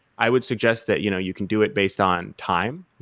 i would suggest that you know you can do it based on time.